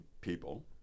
people